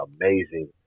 amazing